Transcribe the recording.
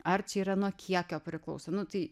ar čia yra nuo kiekio priklauso nu tai